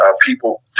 people